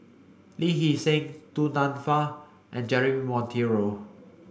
Lee Hee Seng Du Nanfa and Jeremy Monteiro